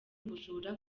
ubujura